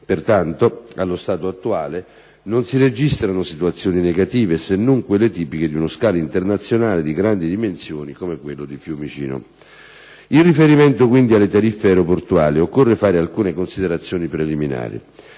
Pertanto, allo stato attuale non si registrano situazioni negative, se non quelle tipiche di uno scalo internazionale di grandi dimensioni come quello di Fiumicino. In riferimento quindi alle tariffe aeroportuali, occorre fare alcune considerazioni preliminari.